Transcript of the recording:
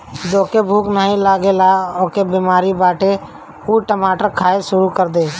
जेके भूख नाही लागला के बेमारी बाटे उ टमाटर खाए शुरू कर दे